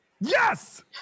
yes